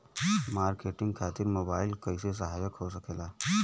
Marketing खातिर mobile कइसे सहायक हो सकेला?